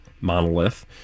monolith